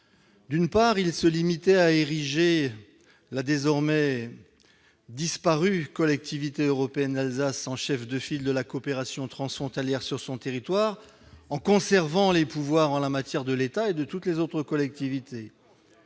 D'une part, il se limitait à ériger la désormais disparue Collectivité européenne d'Alsace en chef de file de la coopération transfrontalière sur son territoire, en maintenant les pouvoirs de l'État et de toutes les autres collectivités.